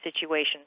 situation